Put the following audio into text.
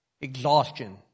exhaustion